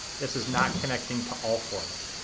this is not connecting to all forms.